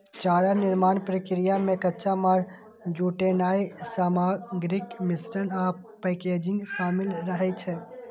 चारा निर्माण प्रक्रिया मे कच्चा माल जुटेनाय, सामग्रीक मिश्रण आ पैकेजिंग शामिल रहै छै